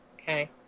Okay